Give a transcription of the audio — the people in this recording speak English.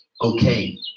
okay